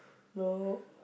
no